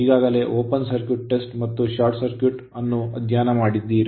ಈಗಾಗಲೇ open circuit test ಮತ್ತು short circuit ಅನ್ನು ಅಧ್ಯಯನ ಮಾಡಿದ್ದಾರೆ